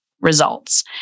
results